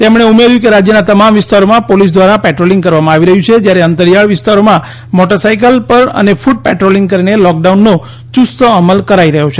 તેમણે ઉમેર્યું કે રાજ્યના તમામ વિસ્તારોમાં પોલીસ દ્વારા પેટ્રોલિંગ કરવામાં આવી રહ્યું છે જ્યારે અંતરિયાળ વિસ્તારોમાં મોટરસાઇકલ પર અને ફૂટ પેટ્રોલિંગ કરીને લોકડાઉનનો ચુસ્ત અમલ કરાઈ રહ્યો છે